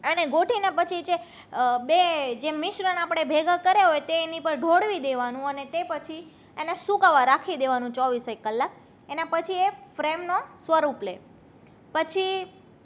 અને ગોઠવીને પછી છે બે જે મિશ્રણ આપણે ભેગા કર્યા હોય તે એની પર ઢોળી દેવાનું અને તે પછી એને સૂકવવાં રાખી દેવાનું ચોવીસ એક કલાક એના પછી એ ફ્રેમનું સ્વરૂપ લે પછી